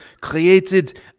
created